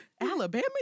alabama